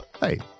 Hey